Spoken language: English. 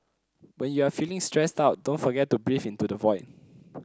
when you are feeling stressed out don't forget to breathe into the void